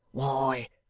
why,